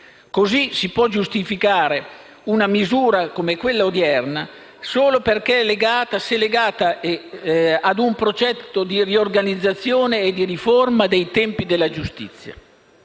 Così si può giustificare una misura, come quella odierna, solo perché legata, se legata, a un progetto di riorganizzazione e di riforma dei tempi della giustizia.